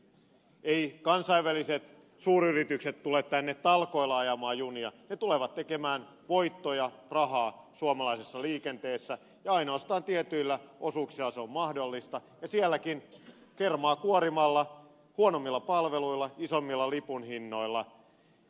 eivät kansainväliset suuryritykset tule tänne talkoilla ajamaan junia ne tulevat tekemään voittoja rahaa suomalaisessa liikenteessä ja ainoastaan tietyillä osuuksilla se on mahdollista ja sielläkin kermaa kuorimalla huonommilla palveluilla isommilla lipunhinnoilla